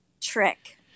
trick